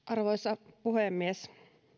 arvoisa puhemies